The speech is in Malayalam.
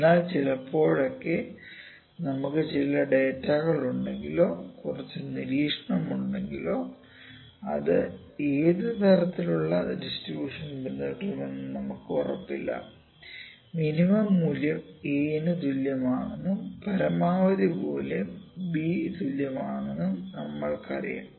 അതിനാൽ ചിലപ്പോഴൊക്കെ നമുക്ക് ചില ഡാറ്റകളുണ്ടെങ്കിലോ കുറച്ച് നിരീക്ഷണമുണ്ടെങ്കിലോ അത് ഏത് തരത്തിലുള്ള ഡിസ്ട്രിബൂഷൻ പിന്തുടരുമെന്ന് നമുക്ക് ഉറപ്പില്ല മിനിമം മൂല്യം a ന് തുല്യമാണെന്നും പരമാവധി മൂല്യം b ന് തുല്യമാണെന്നും നമ്മൾ ക്കറിയാം